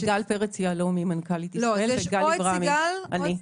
סיגל פרץ יהלומי, מנכ"לית ישראל, וגלי ברמי, אני.